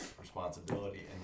responsibility